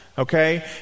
Okay